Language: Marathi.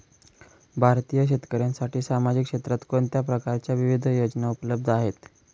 भारतीय शेतकऱ्यांसाठी सामाजिक क्षेत्रात कोणत्या प्रकारच्या विविध योजना उपलब्ध आहेत?